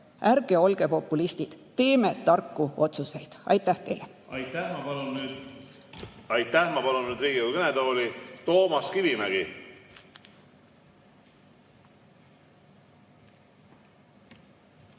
Ärge olge populistid, teeme tarku otsuseid! Aitäh teile!